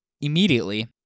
Immediately